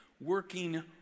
working